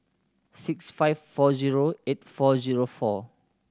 six five four zero eight four zero four